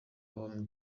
home